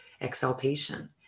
exaltation